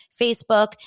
Facebook